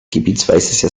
gebietsweise